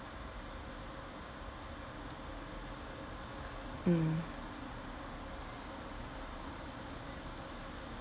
mm